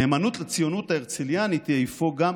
נאמנות לציונות ההרצליאנית היא אפוא גם